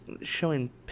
showing